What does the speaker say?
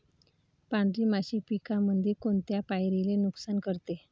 पांढरी माशी पिकामंदी कोनत्या पायरीले नुकसान करते?